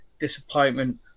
disappointment